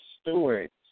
stewards